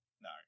No